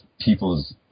people's